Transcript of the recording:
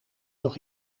nog